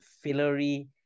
fillery